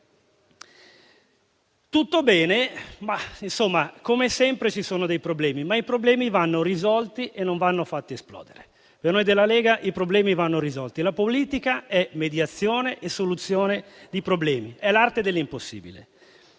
Tutto bene, ma, come sempre, ci sono dei problemi. I problemi, però, vanno risolti e non vanno fatti esplodere. Per noi della Lega, i problemi vanno risolti. La politica è mediazione e soluzione di problemi. È l'arte dell'impossibile.